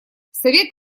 совет